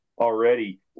already